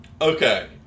Okay